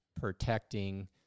protecting